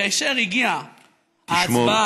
כאשר הגיעה ההצבעה,